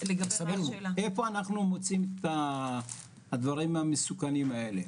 איפה אנחנו מוצאים את החומרים המסוכנים האלה,